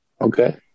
Okay